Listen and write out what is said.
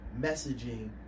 messaging